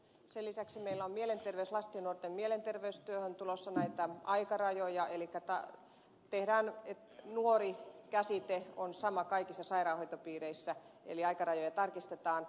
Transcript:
sen lisäksi meillä on lasten ja nuorten mielenterveystyöhön tulossa näitä aikarajoja elikkä nuori käsite on sama kaikissa sairaanhoitopiireissä eli aikarajoja tarkistetaan